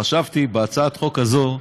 חשבתי שבהצעת חוק הזאת,